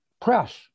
press